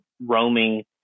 roaming –